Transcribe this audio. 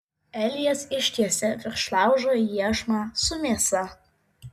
elijas ištiesia virš laužo iešmą su mėsa